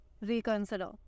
reconsider